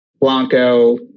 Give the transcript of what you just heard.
Blanco